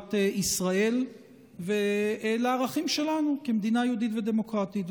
לבירת ישראל ולערכים שלנו כמדינה יהודית ודמוקרטית.